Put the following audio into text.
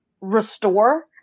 restore